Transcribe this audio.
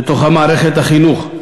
בתוך מערכת החינוך.